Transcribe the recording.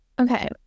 Okay